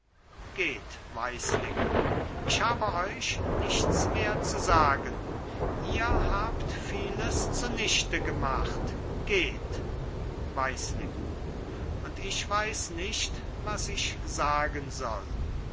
geht weislingen ich habe euch nichts mehr zu sagen ihr habt vieles zunichte gemacht geht weislingen und ich weiß nicht was ich sagen soll